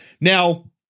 Now